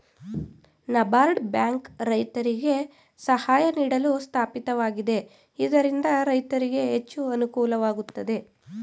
NABARD bank ರೈತರಿಗೆ ಸಹಾಯ ನೀಡಲು ಸ್ಥಾಪಿತವಾಗಿದೆ ಇದರಿಂದ ರೈತರಿಗೆ ಹೆಚ್ಚು ಅನುಕೂಲವಾಗುತ್ತದೆ